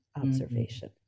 observation